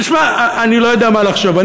תשמע, אני לא יודע מה לחשוב.